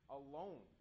alone